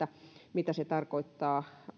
mitä se tarkoittaa